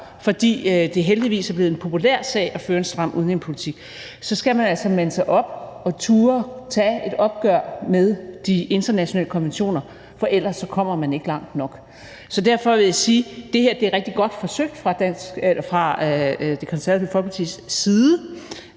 fordi det heldigvis er blevet en populær sag at føre en stram udlændingepolitik – så skal man altså mande sig op og turde tage et opgør med de internationale konventioner, for ellers kommer man ikke langt nok. Så derfor vil jeg sige, at det her er rigtig godt forsøgt fra Det Konservative Folkepartis side.